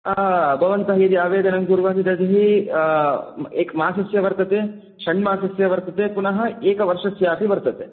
भवन्तः यदि आवेदनं कुर्वन्ति तर्हि एकमासस्य वर्तते षण्मासस्य वर्तते पुनः एकवर्षस्यापि वर्तते